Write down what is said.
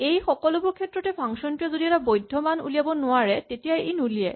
এই সকলোবোৰ ক্ষেত্ৰতে ফাংচন টোৱে যদি এটা বৈধ্য মান উলিয়াব নোৱাৰে তেতিয়া সি নুলিয়ায়